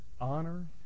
honor